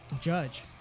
Judge